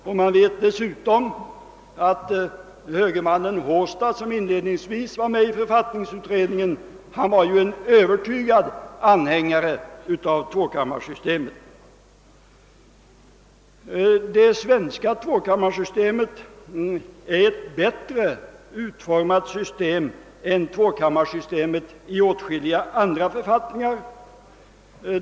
Dessutom vet vi att högermannen Håstad, som till en början deltog i författningsutredningen, var Övertygad anhängare av tvåkammarsystemet. Det svenska två kammarsystemet är ett bättre utformat system än tvåkammarsystemet i åtskilliga andra författningar.